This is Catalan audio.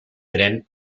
pren